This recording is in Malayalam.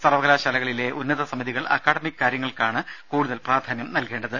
സർവകലാശാലകളിലെ ഉന്നത സമിതികൾ അക്കാഡമിക് കാര്യങ്ങൾക്കാണ് കൂടുതൽ പ്രാധാന്യം നൽകേണ്ടത്